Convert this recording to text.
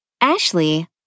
Ashley